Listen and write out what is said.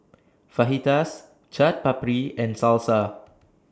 Fajitas Chaat Papri and Salsa